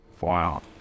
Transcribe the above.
wow